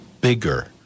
bigger